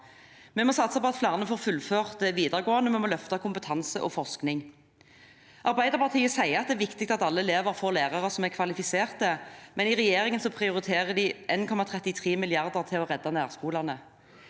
Vi må satse på at flere får fullført videregående skole, og vi må løfte kompetanse og forskning. Arbeiderpartiet sier at det er viktig at alle elever får lærere som er kvalifisert, men regjeringen prioriterer 1,33 mrd. kr til å redde nærskolene.